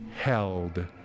held